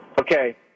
Okay